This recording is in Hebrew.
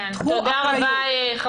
קחו אחריות.